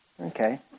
Okay